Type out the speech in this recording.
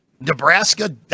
Nebraska